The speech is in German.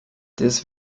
das